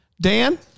Dan